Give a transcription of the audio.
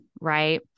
right